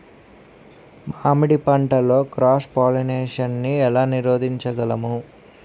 మామిడి పంటలో cross pollination నీ ఏల నీరోధించగలము?